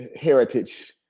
heritage